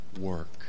work